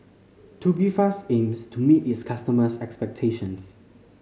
Tubifast aims to meet its customers' expectations